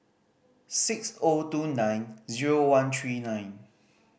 six O two nine zero one three nine